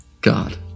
God